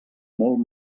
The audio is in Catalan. molt